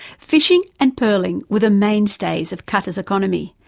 fishing and pearling were the mainstays of qatar's economy.